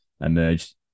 emerged